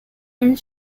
and